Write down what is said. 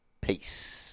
Peace